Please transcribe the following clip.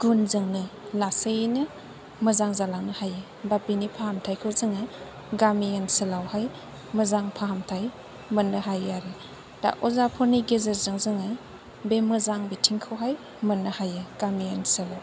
गुनजोंनो लासैनो मोजां जालांनो हायो बा बेनि फाहामथायखौ जोङो गामि ओनसोलाव हाय मोजां फाहामथाय मोननो हायो आरो दा अजाफोरनि गेजेरजों बे मोजां बिथिंखौ मोननो हायो गामि ओनसोलाव